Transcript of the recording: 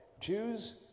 Jews